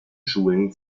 schulen